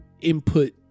input